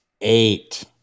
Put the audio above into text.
eight